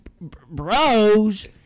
bros